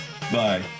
Bye